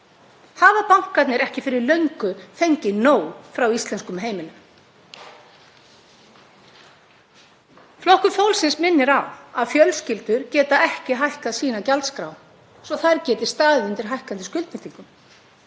Hafa bankarnir ekki fyrir löngu fengið nóg frá íslenskum heimilum? Flokkur fólksins minnir á að fjölskyldur geta ekki hækkað sína gjaldskrá svo þær geti staðið undir hækkandi skuldbindingum.